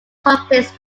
topics